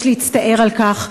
יש להצטער על כך,